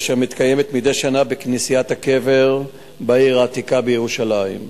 אשר מתקיים מדי שנה בכנסיית הקבר בעיר העתיקה בירושלים.